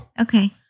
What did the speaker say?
okay